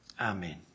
amen